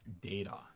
data